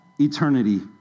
eternity